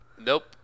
Nope